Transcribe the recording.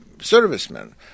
servicemen